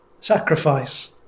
sacrifice